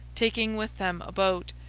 taking with them a boat,